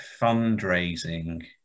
fundraising